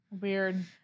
weird